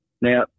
Now